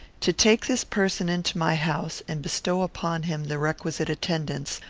to take this person into my house, and bestow upon him the requisite attendance,